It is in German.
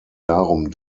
darum